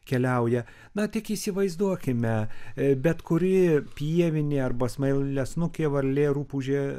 keliauja na tik įsivaizduokime bet kuri pievinė arba smailiasnukė varlė rupūžė